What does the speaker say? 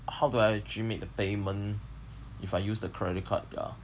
how do I actually make the payment if I use the credit card ya